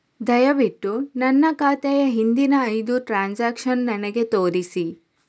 ದಯವಿಟ್ಟು ನನ್ನ ಖಾತೆಯ ಹಿಂದಿನ ಐದು ಟ್ರಾನ್ಸಾಕ್ಷನ್ಸ್ ನನಗೆ ತೋರಿಸಿ